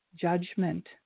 judgment